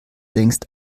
längst